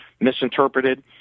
misinterpreted